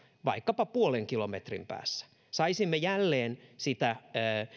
vaikkapa puolen kilometrin päässä saisimme jälleen sitä